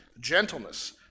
gentleness